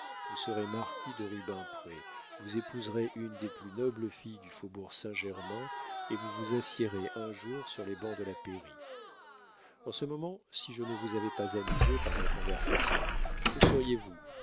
vous serez marquis de rubempré vous épouserez une des plus nobles filles du faubourg saint-germain et vous vous assiérez un jour sur les bancs de la pairie en ce moment si je ne vous avais pas amusé par ma conversation que seriez-vous